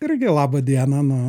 irgi labą dieną na